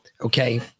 Okay